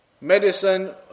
medicine